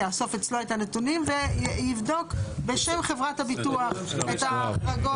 יאסוף אצלו את הנתונים ויבדוק בשם חברת הביטוח את ההחרגות.